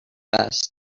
best